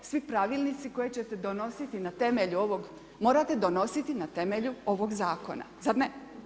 Svi pravilnici koje ćete donositi na temelju ovog, morate donositi na temelju ovog zakona, zar ne?